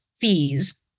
fees